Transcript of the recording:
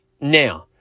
now